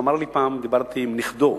דיברתי עם נכדו,